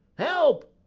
help,